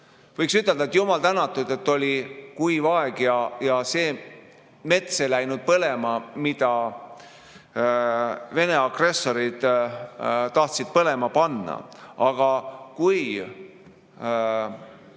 Võiks ütelda, et jumal tänatud, et kuigi oli kuiv aeg, see mets ei läinud põlema, mida Vene agressorid tahtsid põlema panna. Aga kui